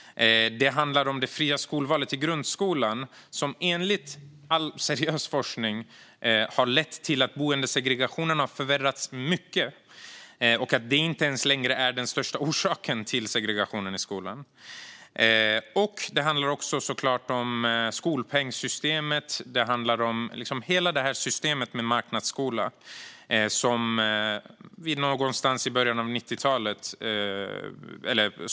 Det handlar om det fria skolvalet till grundskolan, som enligt all seriös forskning har lett till att boendesegregationen förvärrats mycket, och att det inte längre är den största orsaken till segregationen i skolan. Det handlar också om skolpengssystemet. Det handlar om hela detta system med marknadsskola som stiftades någon gång i början av 90-talet.